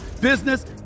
business